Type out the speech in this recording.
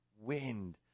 Wind